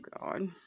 God